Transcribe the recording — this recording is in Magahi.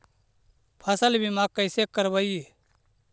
फसल बीमा कैसे करबइ?